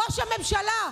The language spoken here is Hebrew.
ראש הממשלה,